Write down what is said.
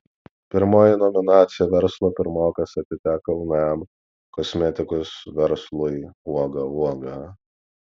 pirmoji nominacija verslo pirmokas atiteko jaunajam kosmetikos verslui uoga uoga